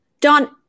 Don